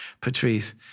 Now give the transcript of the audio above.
Patrice